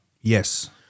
Yes